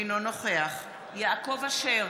אינו נוכח יעקב אשר,